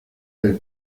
del